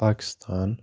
Pakistan